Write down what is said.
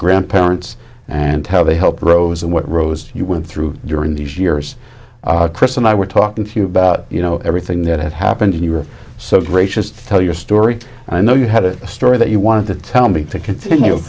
grandparents and how they helped rose and what rose you went through during these years chris and i were talking to you about you know everything that had happened and you were so gracious to tell your story and i know you had a story that you wanted to tell me to continue